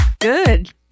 good